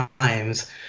times